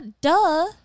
duh